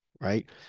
right